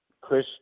Chris